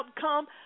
come